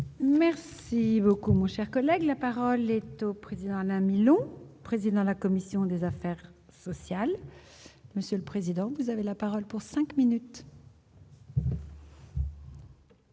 Merci beaucoup moins cher collègue, la parole est au président Alain Milon, président la commission des affaires sociales, monsieur le président, vous avez la parole pour 5 minutes.